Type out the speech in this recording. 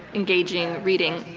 engaging reading.